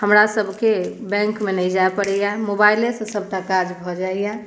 हमरासभके बैंकमे नहि जाय पड़ैए मोबाइलेसँ सभटा काज भऽ जाइए